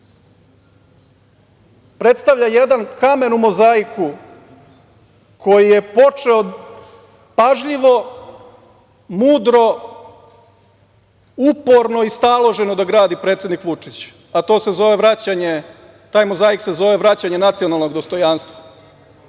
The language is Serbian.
predstavlja jedan kamen u mozaiku koji je počeo pažljivo, mudro, uporno i staloženo da gradi predsednik Vučić, a to se zove vraćanje, taj mozaik se zove vraćanje nacionalnog dostojanstva. Nas